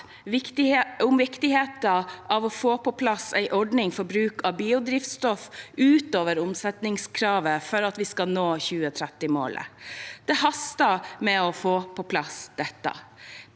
om viktigheten av å få på plass en ordning for bruk av biodrivstoff utover omsetningskravet, for at vi skal nå 2030-målet. Det haster med å få på plass dette.